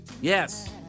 Yes